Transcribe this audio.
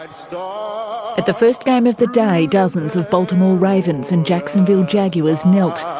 at the at the first game of the day, dozens of baltimore ravens and jacksonville jaguars knelt.